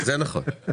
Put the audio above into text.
זה נכון.